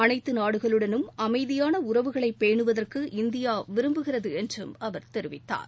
அனைத்து நாடுகளுடனும் அமைதியான உறவுகளை பேணுவதற்கு இந்தியா விரும்புகிறது என்று அவர் தெரிவித்தார்